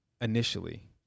initially